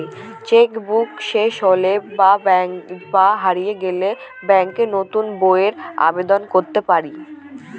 check book শেষ হলে বা হারিয়ে গেলে ব্যাঙ্কে নতুন বইয়ের আবেদন করতে হয়